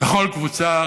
לכל קבוצה